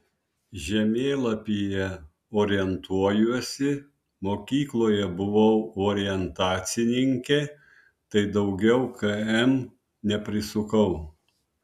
žemėlapyje orientuojuosi mokykloje buvau orientacininkė tai daugiau km neprisukau